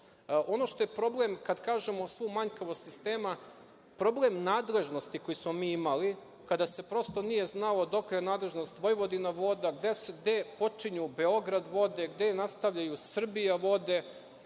Ono što je problem kad kažemo - svu manjkavost sistema, problem nadležnosti koju smo mi imali kada se nije znalo dokle je nadležnost Vojvodina voda, gde počinju Beograd vode, gde nastavljaju Srbija vode.